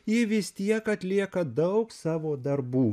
ji vis tiek atlieka daug savo darbų